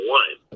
one